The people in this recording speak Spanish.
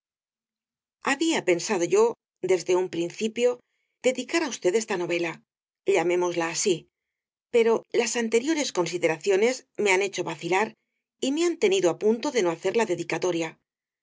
había pensado yo desde un principio dedicar á usted esta novela llamémosla así pero las anteriores consideraciones me han hecho vacilar y me han tenido á punto de no hacer la dedicatoria